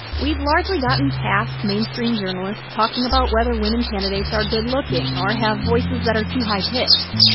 we've largely gotten past mainstream journalists talking about whether women candidates are good-looking or have voices that are too high-pitched.